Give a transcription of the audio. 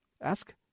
Ask